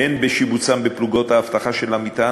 הן בשיבוצם בפלוגות האבטחה של המתקן